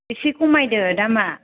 एसे खमायदो दामा